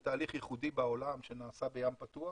זה תהליך ייחודי בעולם שנעשה בים פתוח,